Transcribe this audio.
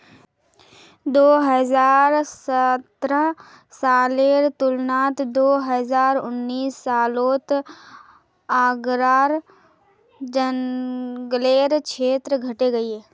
दो हज़ार सतरह सालेर तुलनात दो हज़ार उन्नीस सालोत आग्रार जन्ग्लेर क्षेत्र घटे गहिये